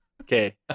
Okay